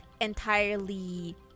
entirely